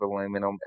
aluminum